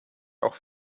auch